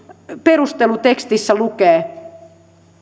perustelutekstissä lukee